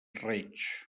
reig